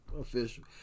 official